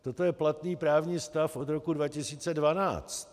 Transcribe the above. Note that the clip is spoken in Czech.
Toto je platný právní stav od roku 2012.